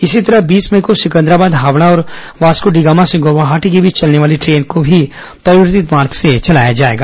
इसी तरह बीस मई को सिकंदराबाद हावड़ा और वासकोडिगामा से गुवाहाटी के बीच चलने वाली ट्रेन भी परिवर्तित मार्ग से चलेगी